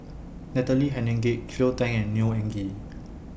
Natalie Hennedige Cleo Thang and Neo Anngee